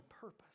purpose